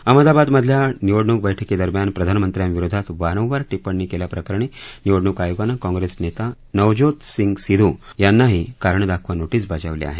अहमदाबादमधल्या निवडणूक बैठकीदरम्यान प्रधानमंत्र्यांविरोधात वारवार टिंप्पणी केल्याप्रकरणी निवडणूक आयोगानं काँग्रेस नेता नवज्योत सिंग सिद्धू यांनाही कारणे दाखवा नोटीस बजावली आहे